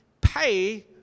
pay